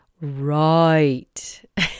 Right